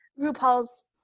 RuPaul's